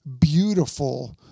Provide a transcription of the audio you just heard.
beautiful